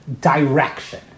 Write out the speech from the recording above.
direction